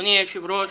אדוני היושב-ראש,